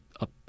up